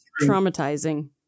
traumatizing